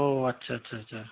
অ' আচ্ছা আচ্ছা আচছা